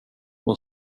hon